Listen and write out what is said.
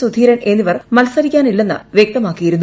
സുധീരൻ എന്നിവർ മത്സരിക്കാനില്ലെന്ന് വ്യക്തമാക്കിയിരുന്നു